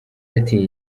ati